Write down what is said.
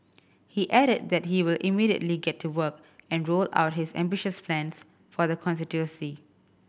he added that he will immediately get to work and roll out his ambitious plans for the constituency